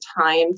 time